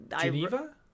geneva